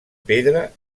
pedra